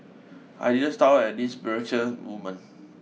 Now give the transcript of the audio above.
I didn't start out as this brochure woman